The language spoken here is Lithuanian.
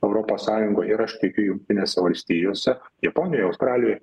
europos sąjungoj ir aš tikiu jungtinėse valstijose japonijoj australijoj